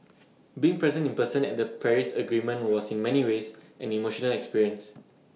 being present in person at the Paris agreement was in many ways an emotional experience